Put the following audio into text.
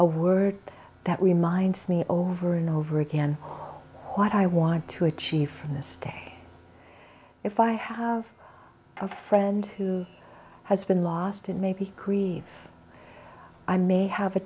a word that reminds me over and over again what i want to achieve from this day if i have a friend who has been lost and maybe if i may have a